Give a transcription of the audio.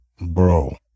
bro